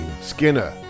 skinner